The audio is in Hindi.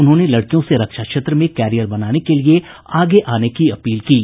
उन्होंने लड़कियों से रक्षा क्षेत्र में कैरियर बनाने के लिए आगे आने की अपील की है